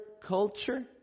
culture